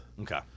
Okay